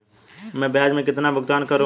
मैं ब्याज में कितना भुगतान करूंगा?